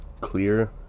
clear